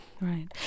Right